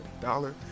dollar